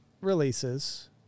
releases